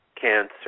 Cancer